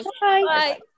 Bye